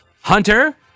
Hunter